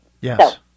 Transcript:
Yes